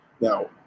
Now